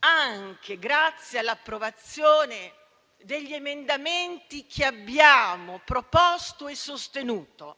anche grazie all'approvazione degli emendamenti che abbiamo proposto e sostenuto,